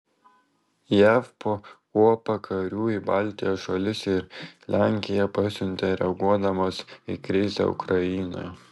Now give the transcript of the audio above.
jav po kuopą karių į baltijos šalis ir lenkiją pasiuntė reaguodamos į krizę ukrainoje